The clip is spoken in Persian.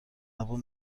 زبون